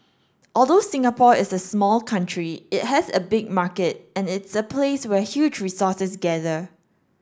although Singapore is a small country it has a big market and its a place where huge resources gather